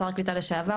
שר הקליטה לשעבר,